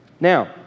Now